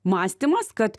mąstymas kad